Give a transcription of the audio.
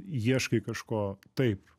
ieškai kažko taip